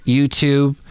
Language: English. YouTube